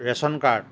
ration card